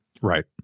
Right